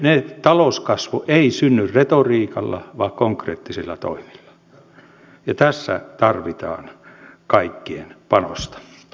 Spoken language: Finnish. mutta talouskasvu ei synny retoriikalla vaan konkreettisilla toimilla ja tässä tarvitaan kaikkien panosta